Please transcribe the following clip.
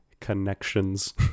Connections